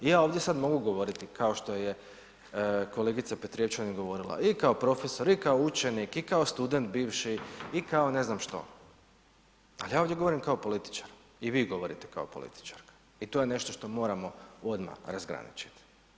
I ja ovdje sad mogu govoriti kao što je kolegica Petrijevčanin govorila i kao profesor i kao učenik i kao student bivši i kao ne znam što, ali ja ovdje govorim kao političar i vi govorite kao političarka i to je nešto što moramo odmah razgraničiti.